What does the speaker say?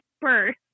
birth